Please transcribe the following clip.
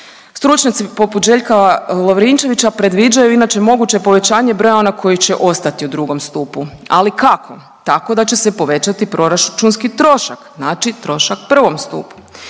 Stručnjaci poput Željka Lovrinčevića previđaju inače moguće povećanje broja onih koji će ostati u II. stupu, ali kako? Tako da će se povećati proračunski trošak, znači trošak u I. stupu.